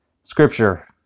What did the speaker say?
scripture